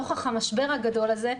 נוכח המשבר הגדול הזה,